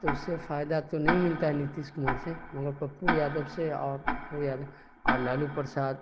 تو اس سے فائدہ تو نہیں ملتا ہے نتیش کمار سے مگر پپو یادو سے اور پپو یادو اور لالو پرساد